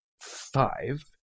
five